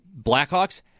Blackhawks